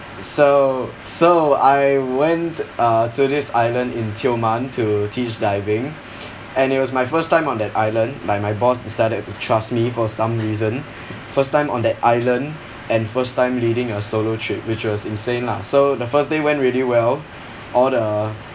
so so I went uh to this island in tioman to teach diving and it was my first time on that island but my boss decided to trust me for some reason first time on that island and first time leading a solo trip which was insane lah so the first day went really well all the